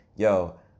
yo